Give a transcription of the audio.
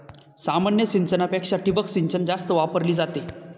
सामान्य सिंचनापेक्षा ठिबक सिंचन जास्त वापरली जाते